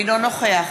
אינו נוכח